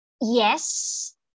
yes